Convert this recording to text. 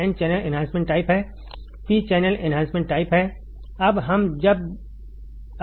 N channel enhancement type है P channel enhancement type है